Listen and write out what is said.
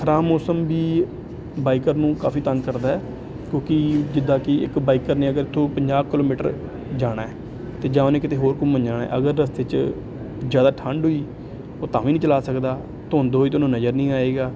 ਖ਼ਰਾਬ ਮੌਸਮ ਵੀ ਬਾਈਕਰ ਨੂੰ ਕਾਫੀ ਤੰਗ ਕਰਦਾ ਕਿਉਂਕਿ ਜਿੱਦਾਂ ਕਿ ਇੱਕ ਬਾਈਕਾਰ ਨੇ ਅਗਰ ਇੱਥੋਂ ਪੰਜਾਹ ਕਿਲੋਮੀਟਰ ਜਾਣਾ ਅਤੇ ਜਾਂ ਉਹਨੇ ਕਿਤੇ ਹੋਰ ਘੁੰਮਣ ਜਾਣਾ ਅਗਰ ਰਸਤੇ 'ਚ ਜ਼ਿਆਦਾ ਠੰਡ ਹੋਈ ਉਹ ਤਾਂ ਵੀ ਨਹੀਂ ਚਲਾ ਸਕਦਾ ਧੁੰਦ ਹੋਈ ਤਾਂ ਉਹਨੂੰ ਨਜ਼ਰ ਨਹੀਂ ਆਏਗਾ